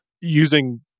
using